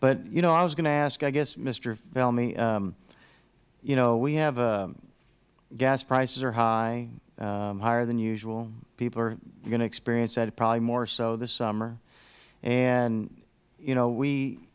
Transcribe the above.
but you know i was going to ask i guess mister felmy you know we have gas prices are high higher than usual people are going to experience that probably more so this summer and you know we